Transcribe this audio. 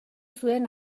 zuen